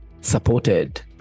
supported